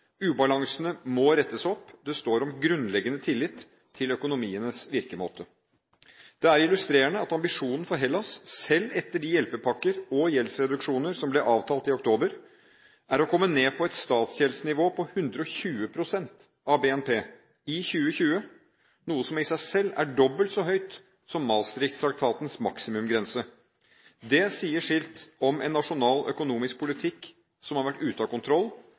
Ubalansene må rettes opp, det står om grunnleggende tillit til økonomienes virkemåte. Det er illustrerende at ambisjonen for Hellas, selv etter de hjelpepakker og de gjeldsreduksjoner som ble avtalt i oktober, er å komme ned på et statsgjeldsnivå på 120 pst. av BNP i 2020, noe som i seg selv er dobbelt så høyt som Maastricht-traktatens maksimumsgrense. Det sier sitt om en nasjonal økonomisk politikk som har vært ute av kontroll,